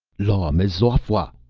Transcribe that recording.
law, m'zawfa!